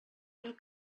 mil